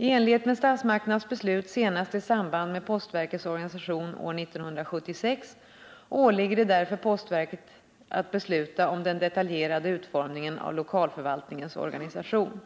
I enlighet med statsmakternas beslut senast i samband med postverkets organisation år 1976 åligger det därför postverket att besluta om den detaljerade utformningen av lokalförvaltningens organisation.